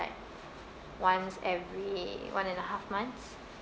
once every one and a half months